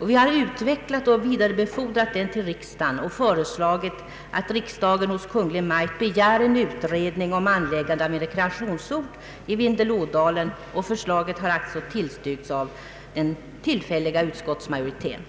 Vi har utvecklat och vidarebefordrat den till riksdagen, varvid vi föreslagit att riksdagen hos Kungl. Maj:t begär en utredning om anläggande av en rekreationsort i Vindelådalen. Förslaget har också tillstyrkts av den tillfälliga utskottsmajoriteten.